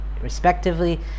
respectively